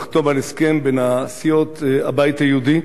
לחתום על הסכם בין סיעות הבית היהודי